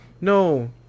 No